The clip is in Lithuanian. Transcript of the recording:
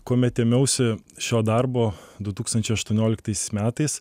kuomet ėmiausi šio darbo du tūkstančiai aštuonioliktaisiais metais